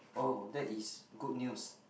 oh that is good news